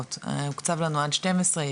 הוקצב לנו עד 12:00,